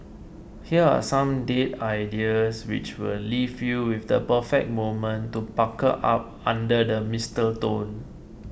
here are some date ideas which will leave you with the perfect moment to pucker up under the mistletoe